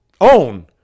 own